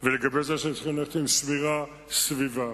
וזה שהם צריכים ללכת עם שמירה סביבם,